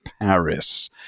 Paris